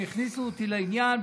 הם הכניסו אותי לעניין,